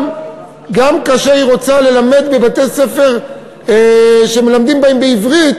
גם כאשר היא רוצה ללמד בבתי-ספר שמלמדים בהם בעברית,